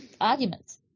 Arguments